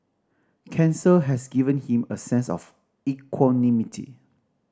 cancer has given him a sense of equanimity